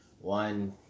one